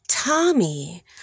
Tommy